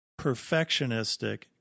perfectionistic